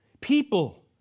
People